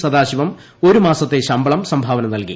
സദാശിവം ഒരുമാസത്തെ ശമ്പളം സംഭാവന നൽകി